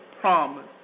promise